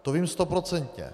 To vím stoprocentně.